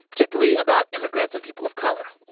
particularly about immigrants and people of color